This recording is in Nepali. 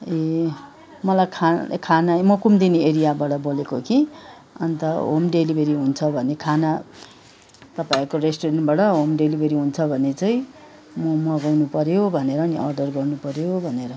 ए मलाई खा खाना ए म कुमुदिनी एरियाबाट बोलेको कि अन्त होम डेलिभेरी हुन्छ भने खाना तपाईँहरूको रेस्टुरेन्टबाट होम डेलिभेरी हुन्छ भने चाहिँ म मगाउनु पऱ्यो भनेर नि अर्डर गर्नु पऱ्यो भनेर